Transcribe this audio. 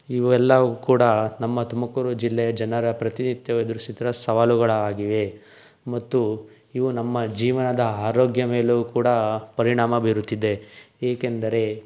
ಇವೆಲ್ಲವು ಕೂಡ ನಮ್ಮ ತುಮಕೂರು ಜಿಲ್ಲೆಯ ಜನರ ಪ್ರತಿನಿತ್ಯ ಎದುರಿಸುತ್ತಿರುವ ಸವಾಲುಗಳಾಗಿವೆ ಮತ್ತು ಇವು ನಮ್ಮ ಜೀವನದ ಆರೋಗ್ಯ ಮೇಲು ಕೂಡ ಪರಿಣಾಮ ಬೀರುತ್ತಿದೆ ಏಕೆಂದರೆ